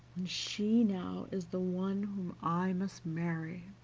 and she now is the one whom i must marry.